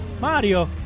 Mario